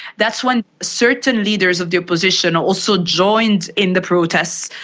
that's when certain leaders of the opposition also joined in the protests,